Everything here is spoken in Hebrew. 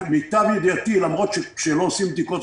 למיטב ידיעתי למרות שכשלא עושים בדיקות,